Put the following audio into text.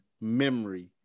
memory